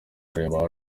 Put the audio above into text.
aririmba